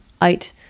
out